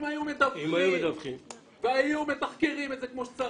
אם היו מדווחים והיו מתחקרים את זה כמו שצריך,